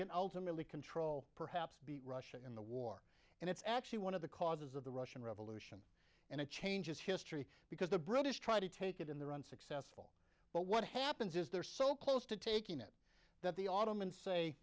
can ultimately control perhaps the russia in the war and it's actually one of the causes of the russian revolution and it changes history because the british tried to take it in the run successful but what happens is they're so close to taking it that the ottomans say